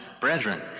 Brethren